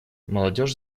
молодежь